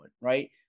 right